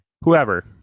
whoever